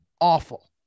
awful